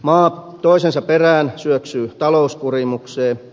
maa toisensa perään syöksyy talouskurimukseen